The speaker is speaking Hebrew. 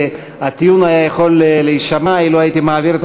הטיעון היה יכול להישמע אילו הייתי מעביר עכשיו